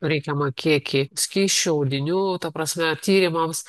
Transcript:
reikiamą kiekį skysčių audinių ta prasme tyrimams